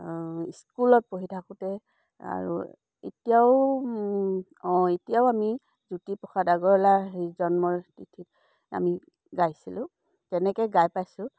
স্কুলত পঢ়ি থাকোঁতে আৰু এতিয়াও অঁ এতিয়াও আমি জ্যোতিপ্ৰসাদ আগৰৱালা সেই জন্মৰ তিথিত আমি গাইছিলোঁ তেনেকৈ গাই পাইছোঁ